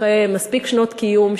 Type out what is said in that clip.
אחרי מספיק שנות קיום,